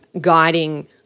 guiding